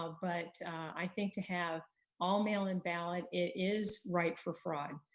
ah but i think to have all mail in ballot, it is rife for fraud.